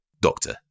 doctor